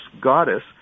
goddess